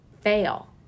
fail